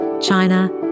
China